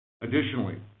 Additionally